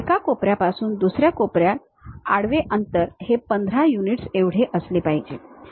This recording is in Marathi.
एका कोपऱ्यापासून दुसऱ्या कोपर्यात आडवे अंतर हे 15 युनिट्स एवढे असले पाहिजे